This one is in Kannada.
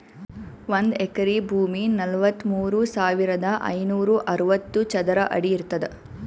ಒಂದ್ ಎಕರಿ ಭೂಮಿ ನಲವತ್ಮೂರು ಸಾವಿರದ ಐನೂರ ಅರವತ್ತು ಚದರ ಅಡಿ ಇರ್ತದ